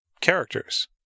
characters